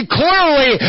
clearly